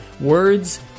Words